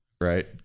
right